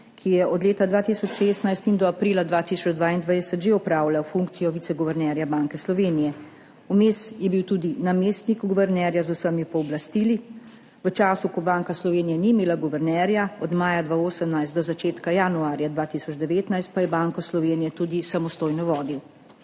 ki je od leta 2016 in do aprila 2022 že opravljal funkcijo viceguvernerja Banke Slovenije. Vmes je bil tudi namestnik guvernerja z vsemi pooblastili v času, ko Banka Slovenije ni imela guvernerja, od maja 2018 do začetka januarja 2019 pa je Banko Slovenije tudi samostojno vodil.